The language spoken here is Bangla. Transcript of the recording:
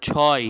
ছয়